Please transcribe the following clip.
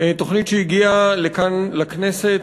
תוכנית שהגיעה לכאן לכנסת,